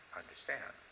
understand